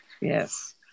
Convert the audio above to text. Yes